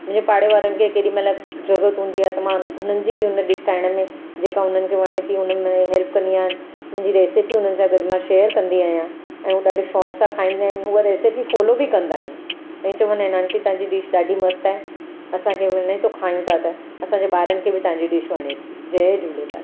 मुंहिंजे पाड़े वारनि खे केॾीमहिल ज़रूरत हूंदी आहे त मां हुननि जी बि हुन डिश ठाहिण में जेका उन्हनि खे वणे थी उन्हनि में हेल्प कंदी आहियां मुंहिंजी रेसिपी मां उन्हनि सां गॾु शेयर कंदी आहियां ऐं ॾाढे शौक़ु सां खाईंदा आहिनि उहे रेसिपी फॉलो बि कंदा आहिनि ऐं चवंदा आहिनि आंटी तव्हांजी डिश मस्तु आहे असांखे वणे थो खायूं था त असांजे ॿारनि खे बि तव्हांजी डिश वणे थी जय झूलेलाल